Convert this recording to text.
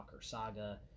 saga